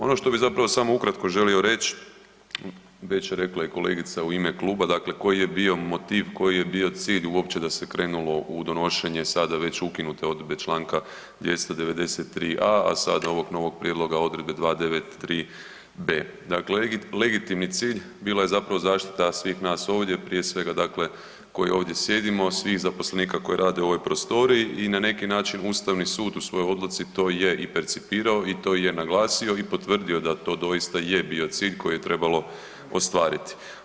Ono što bi zapravo samo ukratko želio reći, već je rekla i kolegica u ime kluba, dakle, koji je bio motiv, koji je bio cilj uopće da se krenulo u donošenje sada već ukinute odredbe čl. 293.a, a sada ovog novog prijedloga odredbe 293.b. Dakle, legitimni cilj bila je zapravo zaštita svih nas ovdje, prije svega dakle, koji ovdje sjedimo, svih zaposlenika koji rade u ovoj prostoriji i na neki način, Ustavni sud u svojoj odluci to i je i percipirao i to je naglasio i potvrdio da to doista je bio cilj koji je trebalo ostvariti.